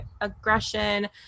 aggression